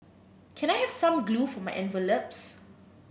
can I have some glue for my envelopes